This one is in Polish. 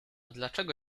dlaczego